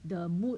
the mood